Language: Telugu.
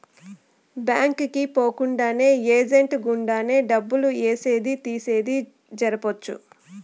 బ్యాంక్ కి పోకుండానే ఏజెంట్ గుండానే డబ్బులు ఏసేది తీసేది జరపొచ్చు